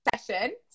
session